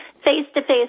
Face-to-face